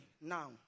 Now